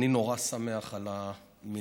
אני נורא שמח על המנהג,